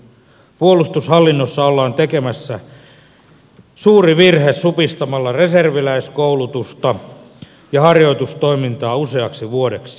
puolustushallinnossa ollaan tekemässä suuri virhe supistamalla reserviläiskoulutusta ja harjoitustoimintaa useaksi vuodeksi